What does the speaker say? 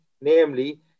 namely